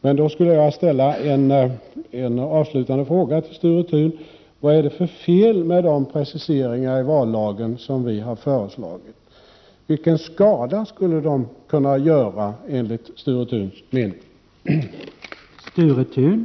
Jag vill ställa en avslutande fråga till Sture Thun: Vad är det för fel med de preciseringar av vallagen som vi har föreslagit? Vilken skada skulle de kunna göra, enligt Sture Thuns mening?